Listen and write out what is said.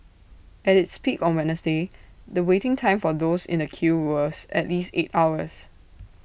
at its peak on Wednesday the waiting time for those in the queue was at least eight hours